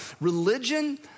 Religion